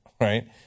right